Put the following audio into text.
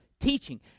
teaching